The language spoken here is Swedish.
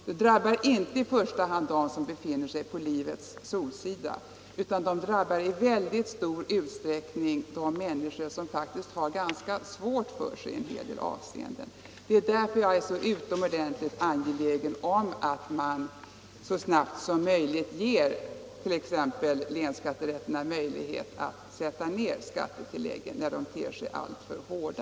De drabbar inte i första hand dem som befinner sig på livets solsida utan i mycket stor utsträckning människor som har det ganska svårt i en hel del avseenden. Det är därför jag är så utomordentligt angelägen om att man så snabbt som möjligt ger t.ex. länsskatterätterna möjlighet att sätta ner skattetilläggen när de ter sig alltför hårda.